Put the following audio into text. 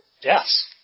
Yes